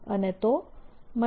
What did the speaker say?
અને તો મને